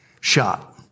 shot